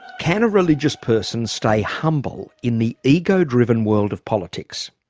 can a religious person stay humble in the ego-driven world of politics?